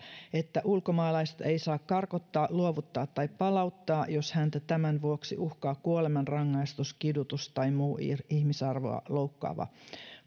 että ulkomaalaista ei saa karkottaa luovuttaa tai palauttaa jos häntä tämän vuoksi uhkaa kuolemanrangaistus kidutus tai muu ihmisarvoa loukkaava